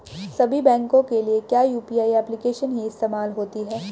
सभी बैंकों के लिए क्या यू.पी.आई एप्लिकेशन ही इस्तेमाल होती है?